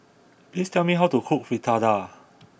please tell me how to cook Fritada